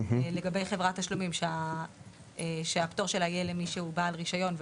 לגבי חברת תשלומים שהפטור שלה יהיה למי שהוא בעל רישיון,